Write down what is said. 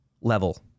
level